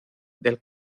del